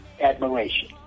admiration